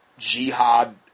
Jihad